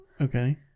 Okay